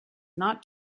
not